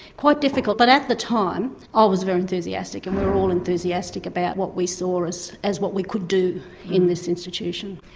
quite difficult, but at the time i was very enthusiastic and we were all enthusiastic about what we saw as as what we could do in this institution.